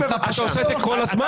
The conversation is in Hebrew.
ואתה עושה את זה כל הזמן